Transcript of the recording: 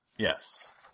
Yes